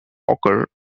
occur